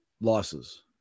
losses